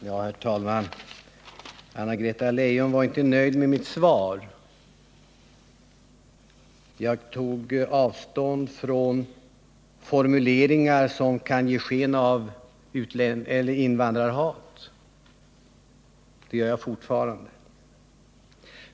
Herr talman! Anna-Greta Leijon var inte nöjd med mitt svar. Jag tog självfallet avstånd från formuleringar i det aktuella flygbladet som kan ge sken av invandrarhat.